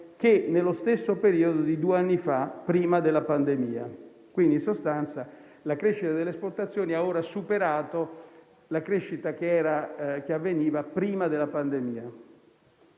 che nello stesso periodo di due anni fa, prima della pandemia, quindi in sostanza la crescita delle esportazioni ha ora superato la crescita che avveniva prima della pandemia.